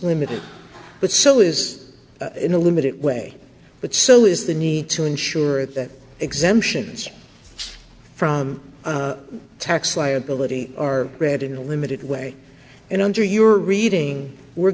limited but so is in a limited way but so is the need to ensure that exemptions from tax liability are read in a limited way and under your reading we're